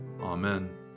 Amen